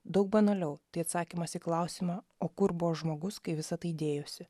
daug banaliau tai atsakymas į klausimą o kur buvo žmogus kai visa tai dėjosi